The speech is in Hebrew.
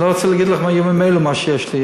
אני לא רוצה להגיד לך מה יהיה ממילא עם מה שיש לי,